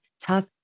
Tough